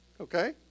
okay